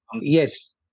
yes